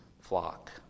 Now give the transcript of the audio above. flock